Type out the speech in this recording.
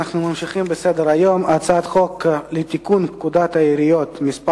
אנחנו ממשיכים בסדר-היום: הצעת חוק לתיקון פקודת העיריות (מס'